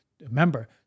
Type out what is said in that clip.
Remember